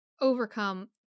overcome